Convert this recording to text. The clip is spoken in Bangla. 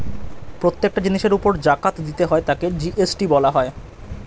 প্রত্যেকটা জিনিসের উপর জাকাত দিতে হয় তাকে জি.এস.টি বলা হয়